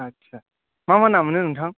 आस्सा मा मा ना मोनो नोंथां